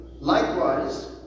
likewise